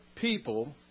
people